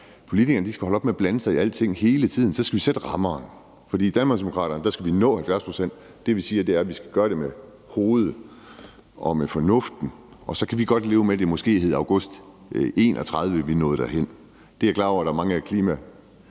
politikerne skal holde op med at blande sig i alting hele tiden. Så skal vi sætte rammerne, for i Danmarksdemokraterne skal vi nå 70 pct. Det, vi siger, er, at vi skal gøre det med hovedet og med fornuften, og så kan vi godt leve med, at det måske er i august 2031, vi når derhen. Jeg er klar over, at mange af